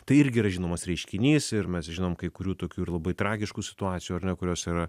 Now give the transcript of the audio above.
tai irgi yra žinomas reiškinys ir mes žinom kai kurių tokių ir labai tragiškų situacijų ar ne kurios yra